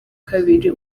kabiri